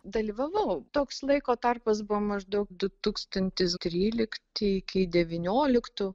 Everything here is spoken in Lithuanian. dalyvavau toks laiko tarpas buvo maždaug du tūkstantis trylikti iki devynioliktų